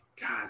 god